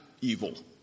evil